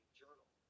journal